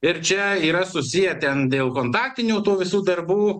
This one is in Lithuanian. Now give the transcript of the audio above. ir čia yra susiję ten dėl kontaktinių tų visų darbų